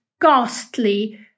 ghastly